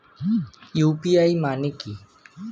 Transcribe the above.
UPI মানে কি?